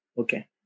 Okay